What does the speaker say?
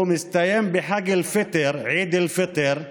הוא מסתיים בחג אל פיטר, עיד אל פיטר,